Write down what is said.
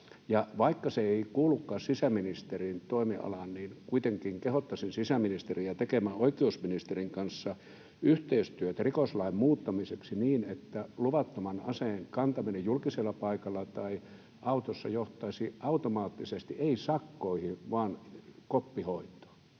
Vaikka se ei kuulukaan sisäministerin toimialaan, niin kuitenkin kehottaisin sisäministeriä tekemään oikeusministerin kanssa yhteistyötä rikoslain muuttamiseksi niin, että luvattoman aseen kantaminen julkisella paikalla tai autossa ei johtaisi automaattisesti sakkoihin vaan koppihoitoon.